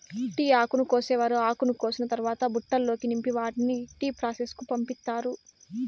tea ఆకును కోసేవారు ఆకును కోసిన తరవాత బుట్టలల్లో నింపి వాటిని టీ ప్రాసెస్ కు పంపిత్తారు